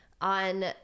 On